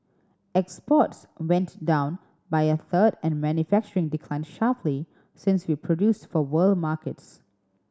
exports went down by a third and manufacturing declined sharply since we produced for world markets